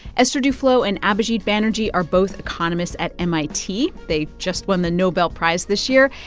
esther duflo and abhijit banerjee are both economists at mit. they just won the nobel prize this year,